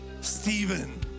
Stephen